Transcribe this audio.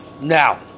Now